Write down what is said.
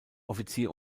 offizier